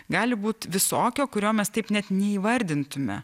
gali būti visokio kurio mes taip net neįvardintume